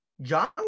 John